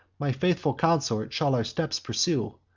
my faithful consort, shall our steps pursue.